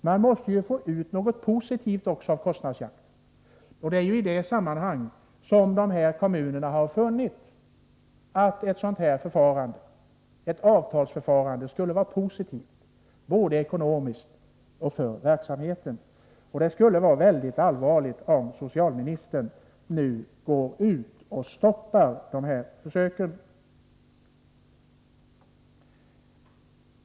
Man måste få ut någonting positivt också av en kostnadsjakt. Det är i detta sammanhang som dessa kommuner har funnit att ett avtalsförfarande skulle vara fördelaktigt, ekonomiskt och för verksamheten. Det är mycket allvarligt om socialministern nu går ut och stoppar dessa försök.